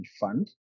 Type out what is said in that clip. fund